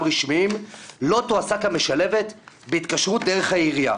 רשמיים לא תועסק המשלבת בהתקשרות דרך העירייה,